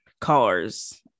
cars